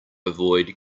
avoid